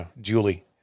Julie